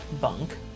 bunk